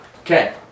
Okay